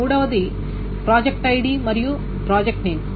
మూడవది project ID మరియు project name